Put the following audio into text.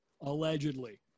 allegedly